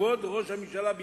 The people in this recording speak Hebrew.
כבוד ראש הממשלה,